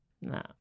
No